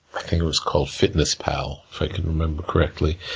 i think it was called fitness pal, if i can remember correctly,